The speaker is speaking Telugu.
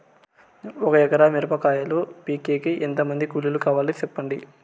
ఒక ఎకరా మిరప కాయలు పీకేకి ఎంత మంది కూలీలు కావాలి? సెప్పండి?